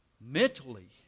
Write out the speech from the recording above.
Mentally